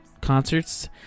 concerts